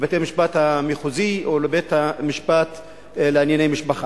לבתי-המשפט המחוזיים ולבתי-המשפט לענייני משפחה.